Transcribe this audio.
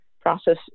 process